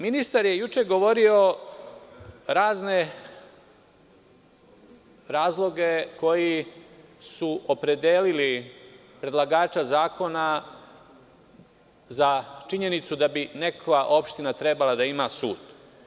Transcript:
Ministar je juče govorio razne razloge koji su opredelili predlagača zakona za činjenicu da bi neka opština trebala da ima sud.